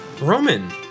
Roman